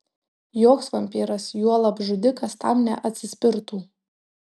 joks vampyras juolab žudikas tam neatsispirtų